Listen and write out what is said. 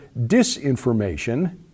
disinformation